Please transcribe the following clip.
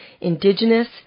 indigenous